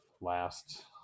last